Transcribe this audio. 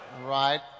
Right